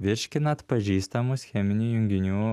virškina atpažįstamus cheminių junginių